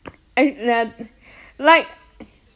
I I like